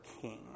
king